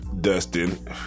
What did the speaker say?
Dustin